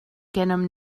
gennym